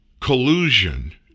collusion